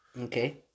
Okay